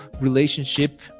relationship